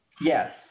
Yes